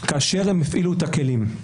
כאשר הם הפעילו את הכלים.